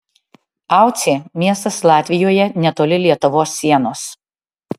aucė miestas latvijoje netoli lietuvos sienos